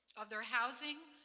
of their housing,